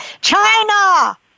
China